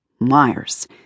Myers